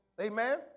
Amen